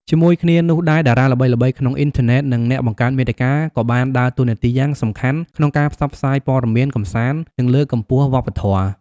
ជាមួយគ្នានោះដែរ តារាល្បីៗក្នុងអ៊ីនធឺណិត និងអ្នកបង្កើតមាតិកាក៏បានដើរតួនាទីយ៉ាងសំខាន់ក្នុងការផ្សព្វផ្សាយព័ត៌មាន កម្សាន្ត និងលើកកម្ពស់វប្បធម៌។